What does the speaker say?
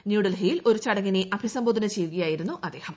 ന്യൂഡ്ട്രൂഹിയിൽ ഒരു ചടങ്ങിനെ അഭിസംബോധന ചെയ്യുകയായ്ടിരുന്നു ് അദ്ദേഹം